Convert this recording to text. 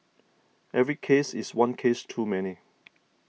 every case is one case too many